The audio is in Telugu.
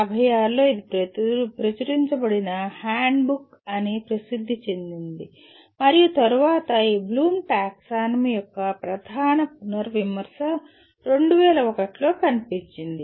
1956 లో ఇది ప్రచురించబడిన హ్యాండ్బుక్ అని ప్రసిద్ది చెందింది మరియు తరువాత ఈ బ్లూమ్ టాక్సానమీ యొక్క ప్రధాన పునర్విమర్శ 2001 లో కనిపించింది